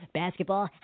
basketball